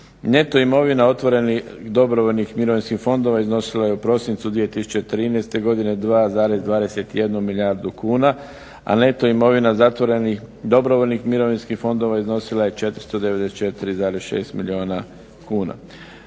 Neto imovina otvorenih dobrovoljnih mirovinskih fondova iznosila je u prosincu 2013. godine 2,21 milijardu kuna, a neto imovina zatvorenih dobrovoljnih mirovinskih fondova iznosila je 494,6 milijuna kuna.